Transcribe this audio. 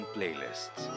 Playlists